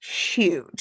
Huge